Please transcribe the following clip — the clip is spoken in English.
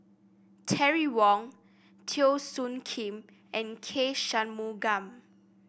Terry Wong Teo Soon Kim and K Shanmugam